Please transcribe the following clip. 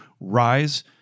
rise